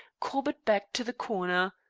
corbett backed to the corner.